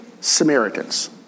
Samaritans